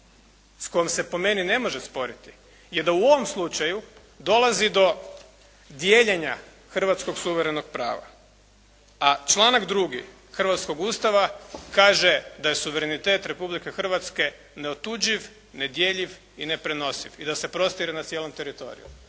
s kojom se po meni ne može sporiti jer da u ovom slučaju dolazi do dijeljenja hrvatskog suverenog prava, a članak 2. hrvatskog Ustava kaže da je suverenitet Republike Hrvatske neotuđiv, nedjeljiv i neprenosiv i da se prostire na cijelom teritoriju.